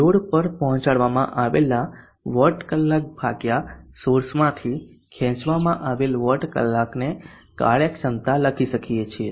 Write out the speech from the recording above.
load પર પહોંચાડવામાં આવેલા વોટ કલાક ભાગ્યા સોર્સમાંથી ખેંચવામાં આવેલ વોટ કલાક ને કાર્યક્ષમતા લખી શકીએ છીએ